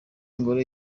ingoro